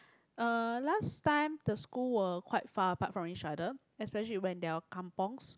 uh last time the school were quite far apart from each other especially when there are kampungs